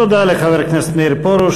תודה לחבר הכנסת מאיר פרוש,